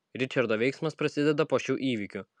ričardo veiksmas prasideda po šių įvykių